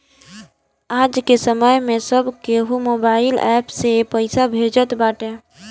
आजके समय में सब केहू मोबाइल एप्प से पईसा भेजत बाटे